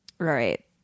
Right